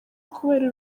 kubera